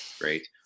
Great